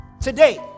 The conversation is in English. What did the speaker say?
today